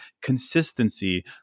consistency